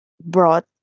brought